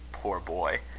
poor boy!